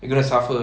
we gotta suffer